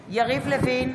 בהצבעה יריב לוין,